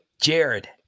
Jared